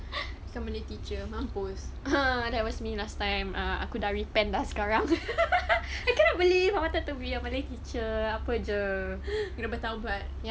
some malay teacher mampus that was me last time ah aku dah repent ah sekarang I cannot believe I wanted to be a malay teacher apa jer kena bertaubat